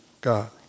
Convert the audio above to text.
God